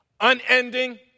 unending